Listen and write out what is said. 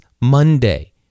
Monday